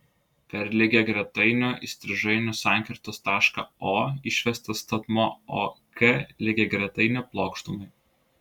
per lygiagretainio įstrižainių sankirtos tašką o išvestas statmuo ok lygiagretainio plokštumai